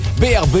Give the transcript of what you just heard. BRB